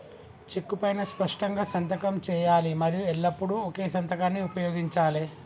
చెక్కు పైనా స్పష్టంగా సంతకం చేయాలి మరియు ఎల్లప్పుడూ ఒకే సంతకాన్ని ఉపయోగించాలే